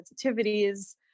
sensitivities